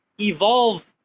evolve